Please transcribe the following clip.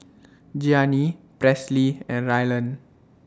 Gianni Presley and Ryland